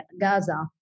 Gaza